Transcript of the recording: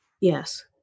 Yes